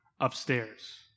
upstairs